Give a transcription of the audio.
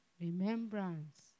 remembrance